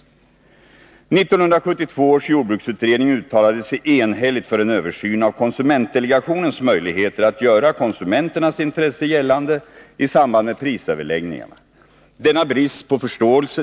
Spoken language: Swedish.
1972 års jordbruksutredning uttalade sig enhälligt för en översyn av konsumentdelegationens möjligheter att göra konsumenternas intressen gällande i samband med prisöverläggningarna.